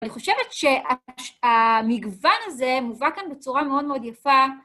אני חושבת שהמגוון הזה מובא כאן בצורה מאוד מאוד יפה.